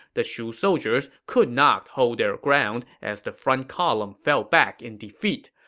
the shu soldiers could not hold their ground as the front column fell back in defeat.